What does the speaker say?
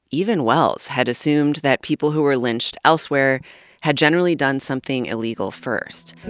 even wells had assumed that people who were lynched elsewhere had generally done something illegal first.